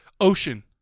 Ocean